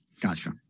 Gotcha